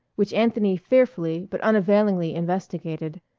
which anthony fearfully but unavailingly investigated,